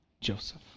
Joseph